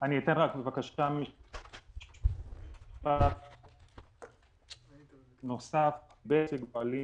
אגיד רק משפט נוסף, בבקשה.